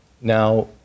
Now